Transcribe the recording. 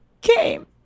came